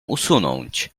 usunąć